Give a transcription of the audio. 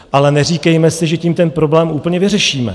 Ale neříkejme si, že tím ten problém úplně vyřešíme.